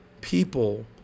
people